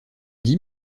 dix